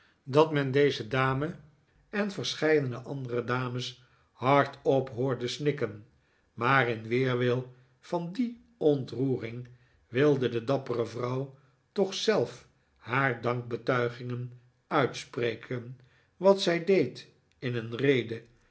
dat men deze dame en verscheidene andere dames hardop hoorde snikken maar in weerwil van die ontroering wilde de dappere vrouw toch zelf haar dankbetuiging uitspreken wat zij deed in een rede